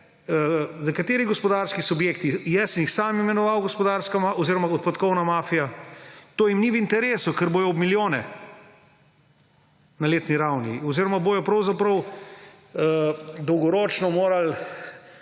nekaterim gospodarskim subjektom, jaz sem jih sam imenoval odpadkovna mafija, to ni v interesu, ker bodo ob milijone ne letni ravni oziroma bodo pravzaprav dolgoročno morali